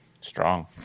Strong